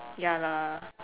ya lah